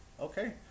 Okay